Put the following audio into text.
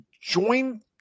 join